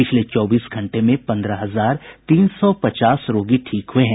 पिछले चौबीस घंटे में पंद्रह हजार तीन सौ पचास रोगी ठीक हुए हैं